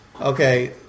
Okay